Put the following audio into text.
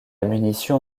munition